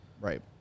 Right